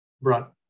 brought